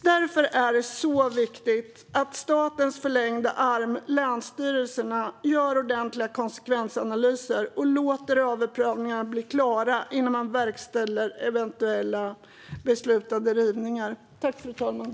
Därför är det så viktigt att statens förlängda arm länsstyrelserna gör ordentliga konsekvensanalyser och låter överprövningar bli klara innan eventuella beslutade rivningar verkställs.